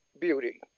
beauty